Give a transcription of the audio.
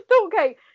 Okay